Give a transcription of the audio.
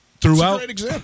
throughout-